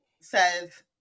says